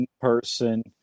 person